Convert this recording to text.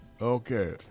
Okay